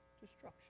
destruction